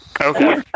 Okay